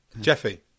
Jeffy